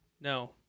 No